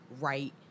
right